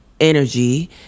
energy